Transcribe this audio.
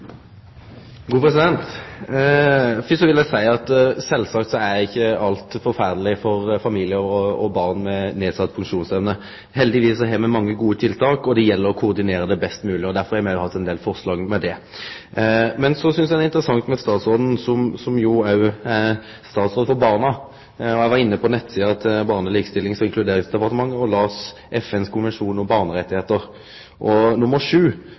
gode tiltak, og det gjeld å koordinere dei best mogeleg. Derfor har me òg hatt ein del forslag om det. Statsråden er jo òg statsråd for barna, og eg har vore inne på nettsida til Barne-, likestillings- og inkluderingsdepartementet og lese FNs konvensjon om barnerettar. Punkt nr. 7 seier klart og